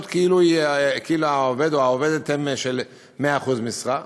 כאילו העובד או העובדת הם של 100% משרה.